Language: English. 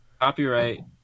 Copyright